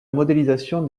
modélisation